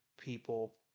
people